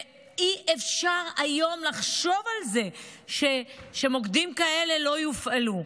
ואי-אפשר היום לחשוב על זה שמוקדים כאלה לא יופעלו.